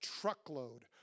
truckload